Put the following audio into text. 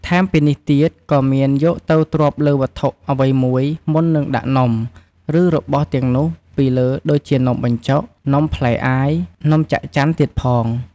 ថែមពីនេះទៀតក៏មានយកទៅទ្រាប់លើវត្ថុអ្វីមួយមុននឹងដាក់នំ ឬរបស់ទាំងនោះពីលើដូចជានំបញ្ចូក នំផ្លែអាយ នំចាក់ចាន់ទៀតផង។